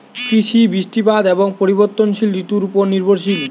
কৃষি বৃষ্টিপাত এবং পরিবর্তনশীল ঋতুর উপর নির্ভরশীল